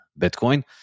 Bitcoin